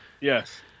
Yes